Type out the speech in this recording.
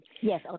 Yes